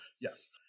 yes